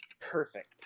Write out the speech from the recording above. perfect